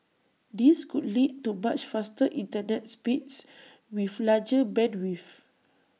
this could lead to much faster Internet speeds with larger bandwidths